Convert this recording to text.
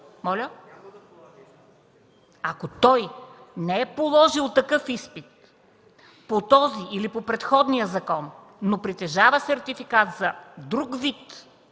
Ако не е положил такъв изпит по този или по предходния закон, но притежава сертификат за друг вид